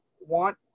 want